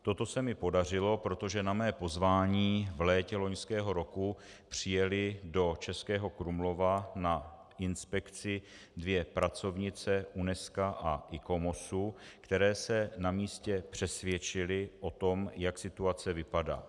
Toto se mi podařilo, protože na mé pozvání v létě loňského roku přijely do Českého Krumlova na inspekci dvě pracovnice Unesca a Icomosu, které se na místě přesvědčily o tom, jak situace vypadá.